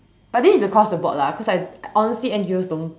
but this is across the board lah cause like honestly N_G_Os don't